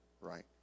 right